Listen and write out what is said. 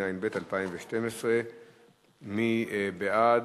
התשע"ב 2012. מי בעד?